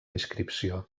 inscripció